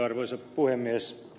arvoisa puhemies